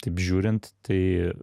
taip žiūrint tai